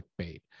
clickbait